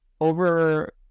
over